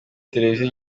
televiziyo